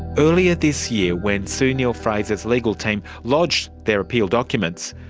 earlier this year when sue neill-fraser's legal team lodged their appeal documents,